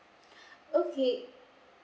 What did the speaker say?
okay